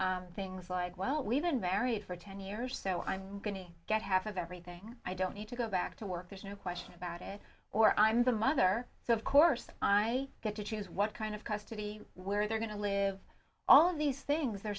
divorce things like well we've been married for ten years so i'm going to get half of everything i don't need to go back to work there's no question about it or i'm the mother so of course i get to choose what kind of custody where they're going to live all of these things